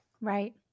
Right